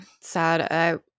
sad